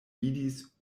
vidis